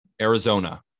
Arizona